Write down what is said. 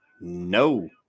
No